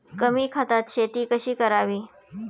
कमी खतात शेती कशी करावी?